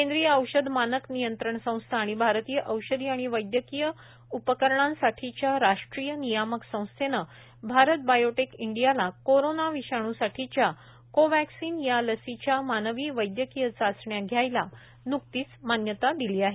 केंद्रीय औषध मानक नियंत्रण संस्था आणि भारतीय औषधी आणि वैद्यकीय उपकरणांसाठीच्या राष्ट्रीय नियामक संस्थेनं भारत बायोटेक इंडीयाला कोरोना विषाण्साठीच्या कोव्याक्सीन या लसीच्या मानवी वैद्यकीय चाचण्या घ्यायला न्कतीच मान्यता दिली आहे